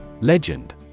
Legend